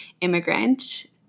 immigrant